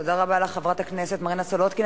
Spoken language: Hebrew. תודה רבה לחברת הכנסת מרינה סולודקין.